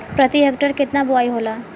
प्रति हेक्टेयर केतना बुआई होला?